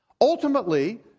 Ultimately